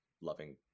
loving